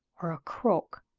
or a croak.